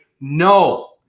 No